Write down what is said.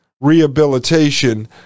rehabilitation